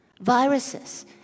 Viruses